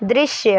दृश्य